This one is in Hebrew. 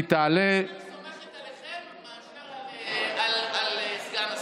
אני, סומכת עליכם מאשר על סגן השר.